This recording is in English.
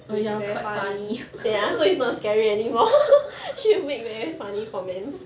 oh ya quite funny